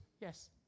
Yes